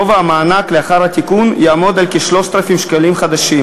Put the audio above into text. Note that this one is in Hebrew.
גובה המענק לאחר התיקון יהיה כ-3,000 שקלים חדשים.